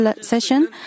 session